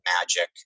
magic